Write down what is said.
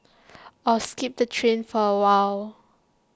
or skip the train for awhile